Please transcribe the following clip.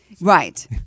Right